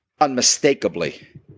Unmistakably